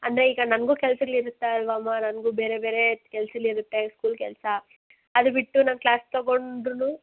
ಅಂದರೆ ಈಗ ನನಗೂ ಕೆಲ್ಸಗಳು ಇರುತ್ತೆ ಅಲ್ವಾ ಅಮ್ಮ ನನಗೂ ಬೇರೆ ಬೇರೇ ಕೆಲಸಗಳಿರುತ್ತೆ ಸ್ಕೂಲ್ ಕೆಲಸ ಅದು ಬಿಟ್ಟು ನಾನು ಕ್ಲಾಸ್ ತಗೊಂಡ್ರೂನೂ